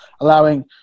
allowing